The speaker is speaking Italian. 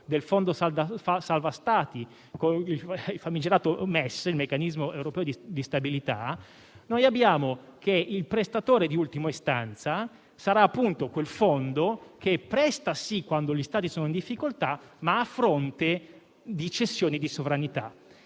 Fondo salva-Stati (il famigerato MES, il meccanismo europeo di stabilità), capiamo che il prestatore di ultima istanza sarà quel Fondo che presta - sì - quando gli Stati sono in difficoltà, ma a fronte di cessioni di sovranità.